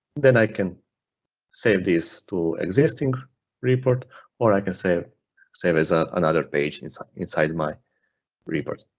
then i can save this to existing report or i can save save as ah another page inside my reports.